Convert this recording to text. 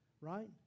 right